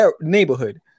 neighborhood